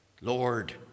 Lord